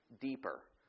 Deeper